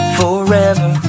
forever